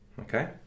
okay